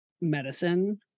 Medicine